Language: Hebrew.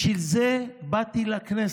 בשביל זה באתי לכנסת.